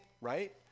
right